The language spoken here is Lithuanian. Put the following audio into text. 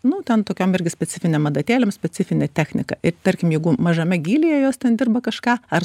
nu ten tokiom irgi specifinėm adatėlėm specifinė technika ir tarkim jeigu mažame gylyje jos ten dirba kažką ar